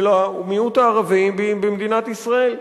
של המיעוט הערבי במדינת ישראל,